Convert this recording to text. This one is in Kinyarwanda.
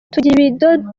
tugira